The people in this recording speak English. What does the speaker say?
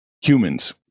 humans